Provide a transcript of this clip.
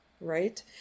right